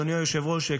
אדוני היושב-ראש,